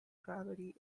gravity